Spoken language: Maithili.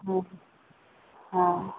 हँ हँ